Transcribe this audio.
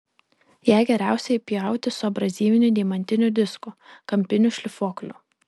ją geriausia pjauti su abrazyviniu deimantiniu disku kampiniu šlifuokliu